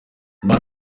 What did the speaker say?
imana